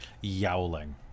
yowling